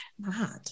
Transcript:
mad